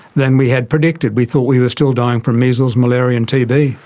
than we had predicted. we thought we were still dying from measles, malaria and tb.